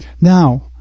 now